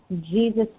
Jesus